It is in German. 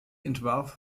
entwarf